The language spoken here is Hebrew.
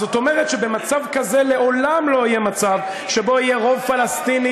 אז זאת אומרת שבמצב כזה לעולם לא יהיה שבו יהיה רוב פלסטיני